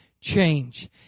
change